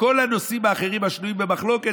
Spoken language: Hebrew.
בכל הנושאים האחרים השנויים במחלוקת